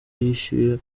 yishyuye